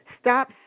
Stop